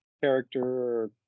character